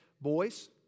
boys